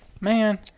man